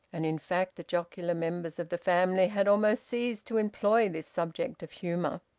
and in fact the jocular members of the family had almost ceased to employ this subject of humour.